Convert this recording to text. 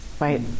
Right